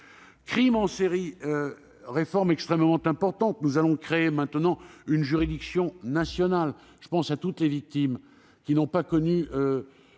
crimes en série, la réforme est extrêmement importante. Nous allons créer une juridiction nationale. Je pense à toutes les victimes qui n'ont pas connu